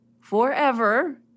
forever